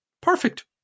Perfect